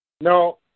No